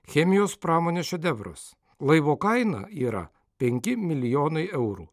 chemijos pramonės šedevras laivo kaina yra penki milijonai eurų